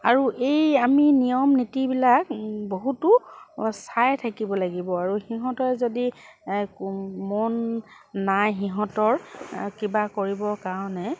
আৰু এই আমি নিয়ম নীতিবিলাক বহুতো চাই থাকিব লাগিব আৰু সিহঁতে যদি মন নাই সিহঁতৰ কিবা কৰিবৰ কাৰণে